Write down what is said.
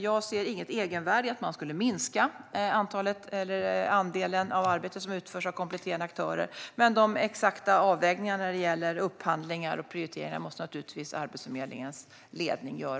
Jag ser inget egenvärde i att minska andelen arbete som utförs av kompletterande aktörer. Men de exakta avvägningarna när det gäller upphandlingar och prioriteringar måste naturligtvis Arbetsförmedlingens ledning göra.